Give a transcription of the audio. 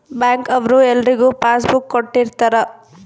bank ಅವ್ರು ಎಲ್ರಿಗೂ passbook ಕೊಟ್ಟಿರ್ತರ